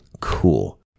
cool